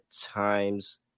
times